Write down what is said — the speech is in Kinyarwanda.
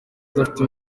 adafite